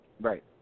Right